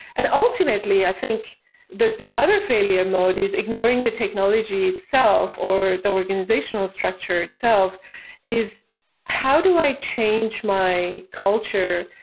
and ultimately, i think the the other failure mode is ignoring the technology itself or the organizational structure itself is how do i change my culture?